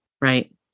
Right